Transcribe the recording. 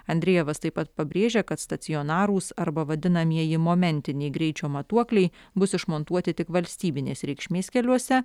andrejevas taip pat pabrėžia kad stacionarūs arba vadinamieji momentiniai greičio matuokliai bus išmontuoti tik valstybinės reikšmės keliuose